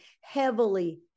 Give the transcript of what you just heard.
Heavily